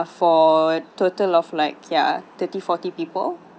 for a total of like ya thirty forty people